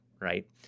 right